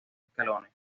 escalones